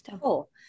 Cool